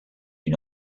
une